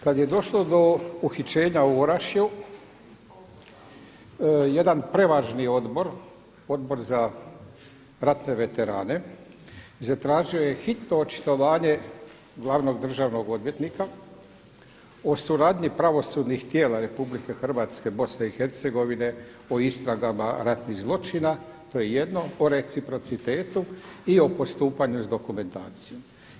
Kada je došlo do uhićena u Orašju jedan prevažni odbor, Odbor za ratne veterane zatražio je hitno očitovanje glavnog državnog odvjetnika o suradnji pravosudnih tijela RH i BiH o istragama ratnih zločina, to je jedno, o reciprocitetu i o postupanju s dokumentacijom.